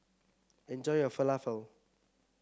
enjoy your Falafel